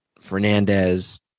Fernandez